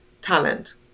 talent